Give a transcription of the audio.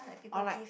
or like